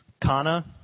Kana